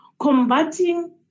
Combating